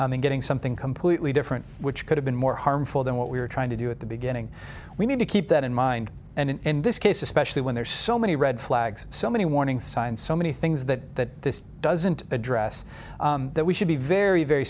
in getting something completely different which could have been more harmful than what we were trying to do at the beginning we need to keep that in mind and in this case especially when there's so many red flags so many warning signs so many things that this doesn't address that we should be very very